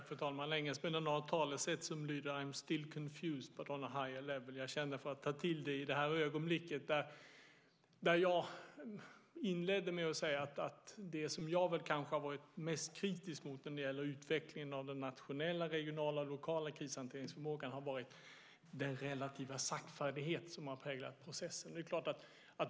Fru talman! Det finns ett talesätt som lyder: I am still confused but on a higher level . Jag känner för att ta till det i det här ögonblicket. Jag inledde med att säga att det som jag kanske har varit mest kritisk mot när det gäller utvecklingen av den nationella, regionala och lokala krishanteringsförmågan har varit den relativa saktfärdighet som har präglat processen.